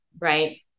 Right